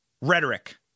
rhetoric